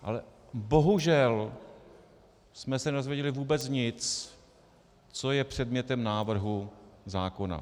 Ale bohužel jsme se nedozvěděli vůbec nic, co je předmětem návrhu zákona.